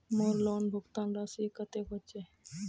मोर लोन भुगतान राशि कतेक होचए?